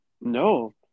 No